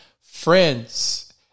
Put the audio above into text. Friends